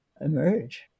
emerge